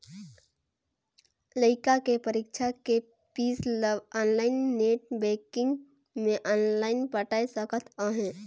लइका के परीक्षा के पीस ल आनलाइन नेट बेंकिग मे आनलाइन पटाय सकत अहें